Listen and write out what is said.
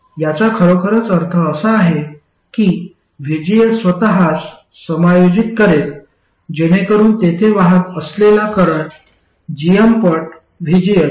याचा खरोखरच अर्थ असा आहे की vgs स्वतःस समायोजित करेल जेणेकरून येथे वाहत असलेला करंट gm पट vgs ii समान असेल